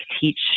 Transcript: teach